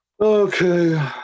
Okay